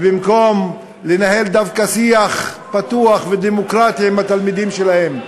ובמקום לנהל דווקא שיח פתוח ודמוקרטי עם התלמידים שלהם,